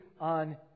on